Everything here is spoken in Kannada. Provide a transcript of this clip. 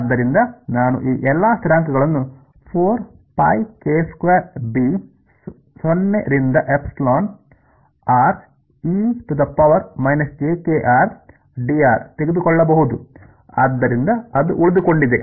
ಆದ್ದರಿಂದ ನಾನು ಈ ಎಲ್ಲಾ ಸ್ಥಿರಾಂಕಗಳನ್ನು 4𝜋k2b 0 ರಿಂದ ಎಪ್ಸಿಲಾನ್ re jkrdr ತೆಗೆದುಕೊಳ್ಳಬಹುದು ಆದ್ದರಿಂದ ಅದು ಉಳಿದುಕೊಂಡಿದೆ